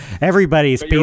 Everybody's